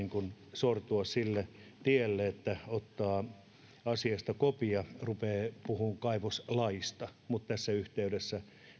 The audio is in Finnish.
sortua sille tielle että ottaa asiasta kopin ja rupeaa puhumaan kaivoslaista mutta tässä yhteydessä